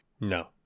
No